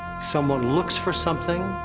someone looks for something,